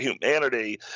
humanity